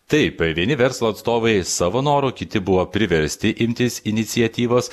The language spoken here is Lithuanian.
taip vieni verslo atstovai savo noru kiti buvo priversti imtis iniciatyvos